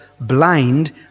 blind